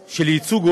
נא להוסיף אותי.